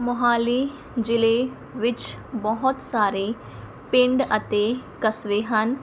ਮੋਹਾਲੀ ਜ਼ਿਲ੍ਹੇ ਵਿੱਚ ਬਹੁਤ ਸਾਰੇ ਪਿੰਡ ਅਤੇ ਕਸਬੇ ਹਨ